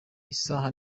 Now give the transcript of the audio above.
isaha